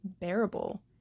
bearable